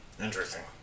interesting